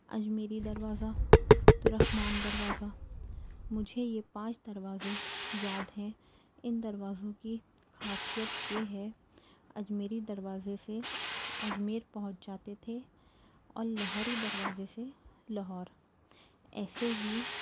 اجمیری دروازہ ترکمان دروازہ مجھے یہ پانچ دروازے یاد ہیں ان دروازوں کی خاصیت یہ ہے اجمیری دروازے سے اجمیر پہونچ جاتے تھے اور لاہوری دروازے سے لاہور ایسے ہی